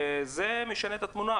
זה משנה את התמונה,